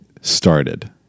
started